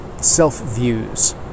self-views